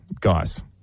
guys